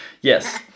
Yes